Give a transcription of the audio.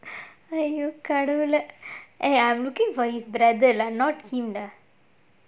அட கடவுளே:ada kadavulae eh I'm looking for his brother lah not him ah